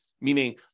meaning